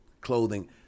clothing